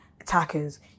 attackers